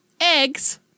eggs